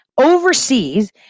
overseas